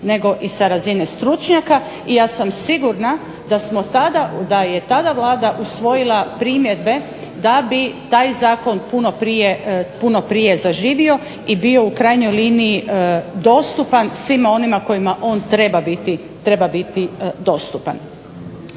nego i sa razine stručnjaka. I ja sam sigurna da je tada Vlada usvojila primjedbe da bi taj zakon puno prije zaživio i bio u krajnjoj liniji dostupan svima onima kojima on treba biti dostupan.